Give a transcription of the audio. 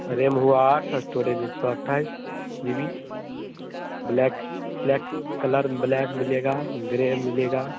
RAM हुआ आठ और इस्टोरेज एक सौ अट्ठाईस G B black black colour black मिलेगा ग्रे मिलेगा